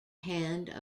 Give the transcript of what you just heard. hand